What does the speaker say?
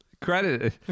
credit